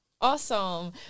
awesome